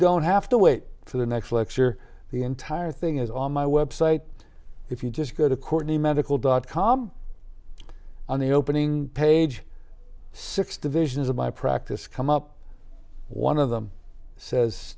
don't have to wait for the next lecture the entire thing is on my website if you just go to courtney medical dot com on the opening page six divisions of my practice come up one of them says